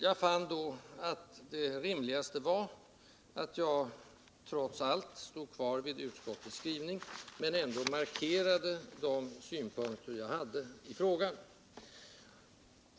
Jag fann då att det rimligaste var att jag trots allt stod kvar vid utskottets skrivning men ändå markerade de synpunkter jag hade i frågan.